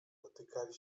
dotykali